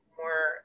more